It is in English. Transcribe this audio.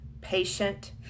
patient